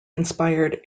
inspired